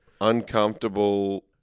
Uncomfortable